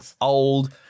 old